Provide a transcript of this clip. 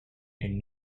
and